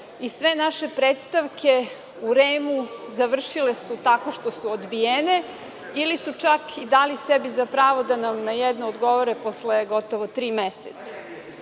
i sve naše predstavke završile su u REM tak što su odbijene ili su čak i dali sebi za pravo da na jedno odgovore posle gotovo tri